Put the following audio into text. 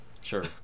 sure